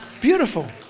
Beautiful